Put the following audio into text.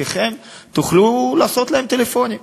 חלקכם תוכלו לעשות להם טלפונים.